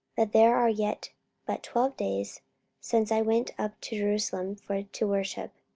that there are yet but twelve days since i went up to jerusalem for to worship.